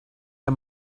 der